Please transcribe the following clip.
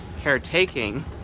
caretaking